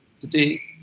today